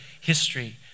history